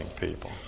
people